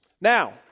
Now